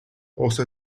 also